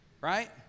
right